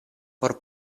por